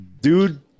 dude